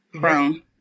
Brown